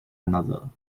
another